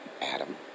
Adam